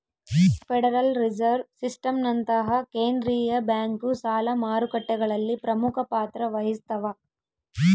federal reserve ಸಿಸ್ಟಮ್ನಂತಹ ಕೇಂದ್ರೀಯ bank ಸಾಲ ಮಾರುಕಟ್ಟೆಗಳಲ್ಲಿ ಪ್ರಮುಖ ಪಾತ್ರ ವಹಿಸ್ತವ